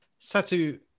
Satu